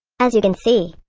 as you can see,